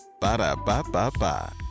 Ba-da-ba-ba-ba